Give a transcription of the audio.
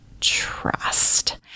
trust